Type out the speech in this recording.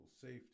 safety